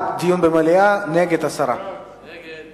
ההצעה לכלול את הנושא בסדר-היום של הכנסת נתקבלה.